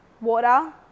Water